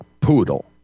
poodle